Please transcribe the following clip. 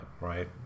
right